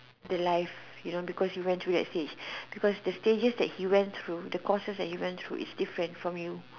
the life you know because you went through that stage because the stages that he went through the courses that he went through is different from you